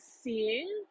seeing